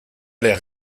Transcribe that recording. l’air